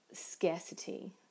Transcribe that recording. scarcity